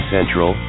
Central